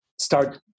start